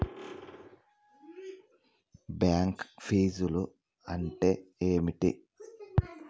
Bank ఫీజ్లు అంటే ఏమిటి?